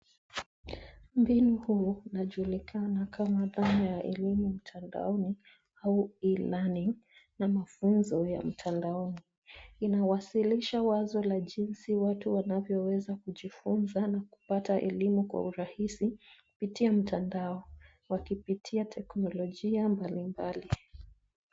Mbinu huu inajulikana kama dhana ya elimu mtandaoni au e-learning ama funzo ya mtandaoni. Inawasilisha wazo la jinsi watu wanavyoweza kujifunza na kupata elimu kwa urahisi kupitia mtandao wakipitia teknolojia mbalimbali.